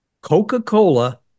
Coca-Cola